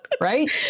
right